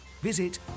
Visit